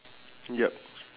ya